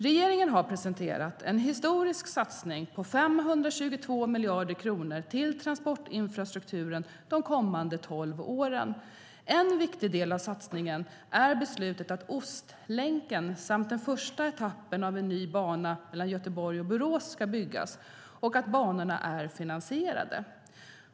Regeringen har presenterat en historisk satsning på 522 miljarder kronor till transportinfrastrukturen de kommande tolv åren. En viktig del av satsningen är beslutet att Ostlänken samt den första etappen av en ny bana mellan Göteborg och Borås ska byggas och att banorna är finansierade.